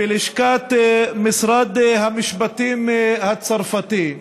בלשכת משרד המשפטים הצרפתי,